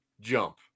jump